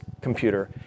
computer